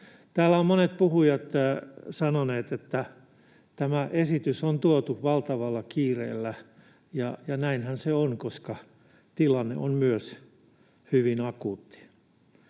Täällä ovat monet puhujat sanoneet, että tämä esitys on tuotu valtavalla kiireellä, ja näinhän se on, koska tilanne on myös hyvin akuutti.